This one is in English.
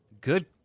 Good